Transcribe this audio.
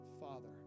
Father